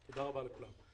תודה רבה לכולם.